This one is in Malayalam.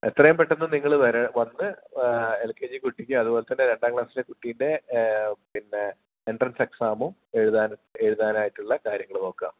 എത്രയും പെട്ടന്ന് നിങ്ങൾ വന്ന് എൽ കെ ജി കുട്ടിക്ക് അതുപോലെ തന്നെ രണ്ടാം ക്ലാസ്സിലെ കുട്ടിയുടെ പിന്നെ എൻട്രൻസ് എക്സാമും എഴുതാനായിട്ടുള്ള കാര്യങ്ങൾ നോക്കുക